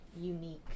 unique